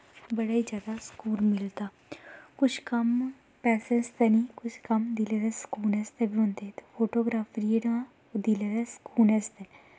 बड़ा ई जादा सकून मिलदा कुछ कम्म पैसै आस्तै निं कुछ कम्म दिलै दे सकून आस्तै बी होंदे ते फोटोग्राफी जेह्ड़ा दिलै दे सकून आस्तै